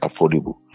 affordable